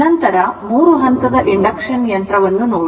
ನಂತರ 3 ಹಂತದ ಇಂಡಕ್ಷನ್ ಯಂತ್ರವನ್ನು ನೋಡಿ